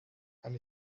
kann